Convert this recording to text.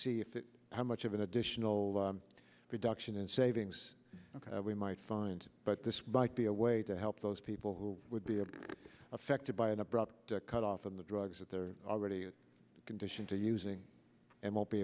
see if how much of an additional reduction in savings we might find but this bike be a way to help those people who would be affected by an abrupt cut off of the drugs that they're already condition to using and won't be